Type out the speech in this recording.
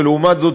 ולעומת זאת,